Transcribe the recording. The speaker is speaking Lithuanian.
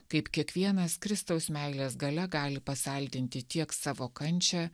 kaip kiekvienas kristaus meilės galia gali pasaldinti tiek savo kančią